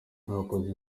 twakoze